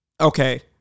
okay